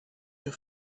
your